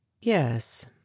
yes